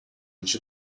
age